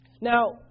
Now